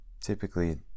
Typically